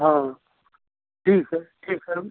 हाँ ठीक है ठीक है